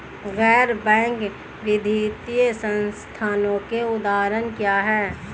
गैर बैंक वित्तीय संस्थानों के उदाहरण क्या हैं?